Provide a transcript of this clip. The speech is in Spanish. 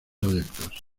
adeptos